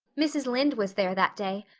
mrs. lynde was there that day,